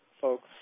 folks